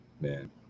Man